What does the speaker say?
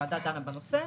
כשהוועדה דנה בנושא,